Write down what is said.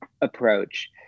approach